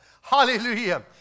hallelujah